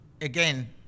again